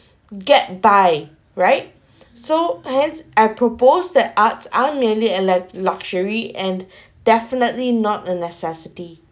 get by right so hence I propose that arts are merely a le~ luxury and definitely not a necessity